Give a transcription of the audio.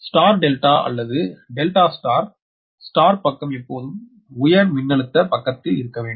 எனவே நட்சத்திர டெல்டா அல்லது டெல்டா நட்சத்திரம் நட்சத்திரப் பக்கம் எப்போதும் உயர் மின்னழுத்த பக்கத்தில் இருக்க வேண்டும்